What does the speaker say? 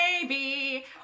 baby